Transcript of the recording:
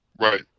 right